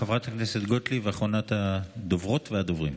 חברת הכנסת טלי גוטליב, אחרונת הדוברות והדוברים.